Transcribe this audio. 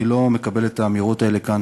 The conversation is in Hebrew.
אני לא מקבל את האמירות האלה כאן,